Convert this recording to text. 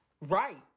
Right